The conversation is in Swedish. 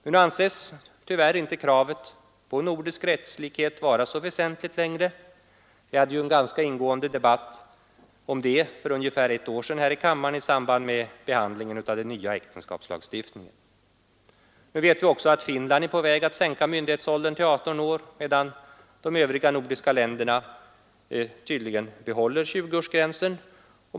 Men nu anses tyvärr inte kravet på nordisk rättslikhet vara så väsentligt längre — vi hade ju en ganska ingående debatt om det för ungefär ett år sedan här i kammaren i samband med behandlingen av den nya äktenskapslagstiftningen. Vi vet också att Finland är på väg att sänka myndighetsåldern till 18 år, medan de övriga nordiska länderna tydligen behåller 20-årsgränsen.